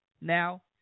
Now